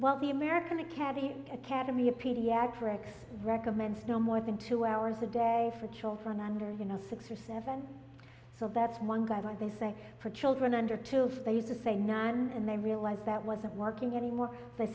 well the american academy academy of pediatrics recommends no more than two hours a day for children under you know six or seven so that's one guy they say for children under tools they use the same night and they realize that wasn't working anymore they